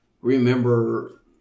remember